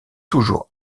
toujours